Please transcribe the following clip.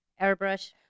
airbrush